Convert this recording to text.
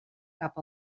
cap